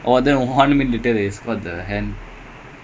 quite happy dude straight out